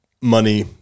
money